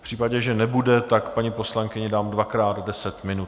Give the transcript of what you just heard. V případě, že nebude, tak paní poslankyni dám dvakrát deset minut.